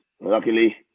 luckily